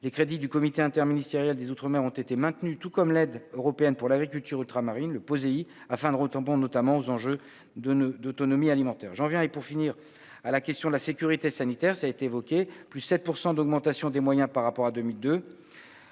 les crédits du comité interministériel des Outre-Mer ont été maintenus tout comme l'aide européenne pour l'agriculture ultramarine le poser, il a faim gros tampon notamment aux enjeux de ne d'autonomie alimentaire j'en viens et, pour finir à la question de la sécurité sanitaire, ça a été évoqué plus 7 % d'augmentation des moyens par rapport à 2002